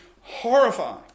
horrifying